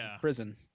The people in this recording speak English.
prison